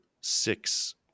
six